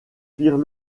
firent